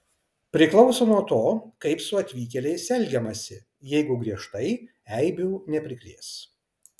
priklauso nuo to kaip su atvykėliais elgiamasi jeigu griežtai eibių neprikrės